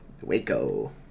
Waco